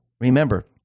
Remember